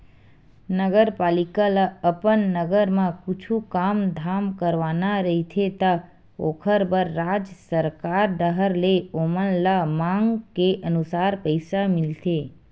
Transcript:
नगरपालिका ल अपन नगर म कुछु काम धाम करवाना रहिथे त ओखर बर राज सरकार डाहर ले ओमन ल मांग के अनुसार पइसा मिलथे